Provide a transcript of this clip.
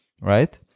right